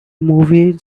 movie